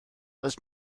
oes